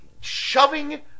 shoving